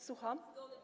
Słucham?